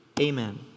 Amen